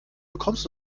bekommst